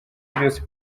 byose